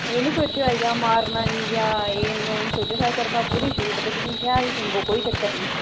एह् नि सोचेओ ऐ कि मारना नि जां एह् निं ओह् निं सोचेओ साढ़ी तरफा पूरी छूट ऐ तुस इसी शैल शिम्बो कोई चक्कर नीं